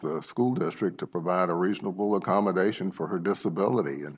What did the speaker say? the school district to provide a reasonable accommodation for her disability